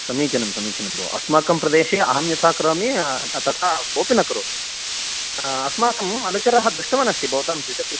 समीचिनं समीचिनं भोः अस्माकं प्रदेशे अहं यथा करोमि तथा कोपि न करोति अस्माकं अनुचरः दृष्टवानस्ति भवतां द्विचक्रिकां